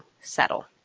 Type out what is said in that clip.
settle